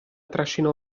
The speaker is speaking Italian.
trascinò